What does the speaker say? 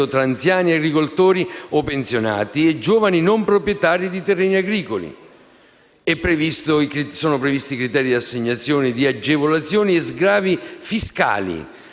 tra anziani agricoltori o pensionati e giovani non proprietari di terreni agricoli; al fine di prevedere criteri di assegnazione di agevolazioni e sgravi fiscali